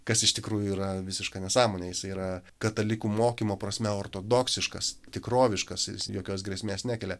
kas iš tikrųjų yra visiška nesąmonė jisai yra katalikų mokymo prasme ortodoksiškas tikroviškas jokios grėsmės nekelia